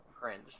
cringe